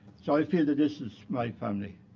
so i feel that this is my family.